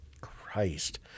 Christ